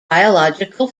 biological